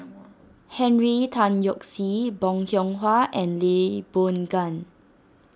Henry Tan Yoke See Bong Hiong Hwa and Lee Boon Ngan